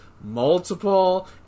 multiple